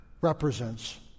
represents